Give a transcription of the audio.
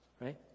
right